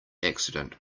accident